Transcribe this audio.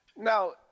Now